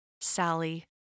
Sally